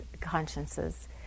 consciences